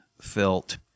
felt